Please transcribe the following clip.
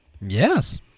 Yes